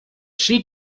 she